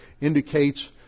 indicates